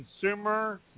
consumer